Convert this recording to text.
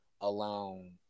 alone